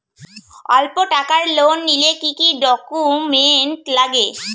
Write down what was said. অল্প টাকার লোন নিলে কি কি ডকুমেন্ট লাগে?